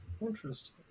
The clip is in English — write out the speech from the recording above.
interesting